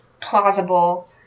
plausible